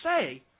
say